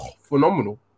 phenomenal